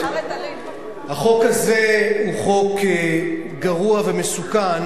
החוק הזה הוא חוק גרוע ומסוכן,